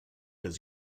does